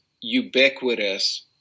ubiquitous